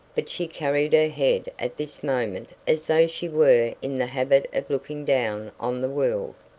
but she carried her head at this moment as though she were in the habit of looking down on the world.